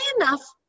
enough